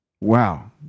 wow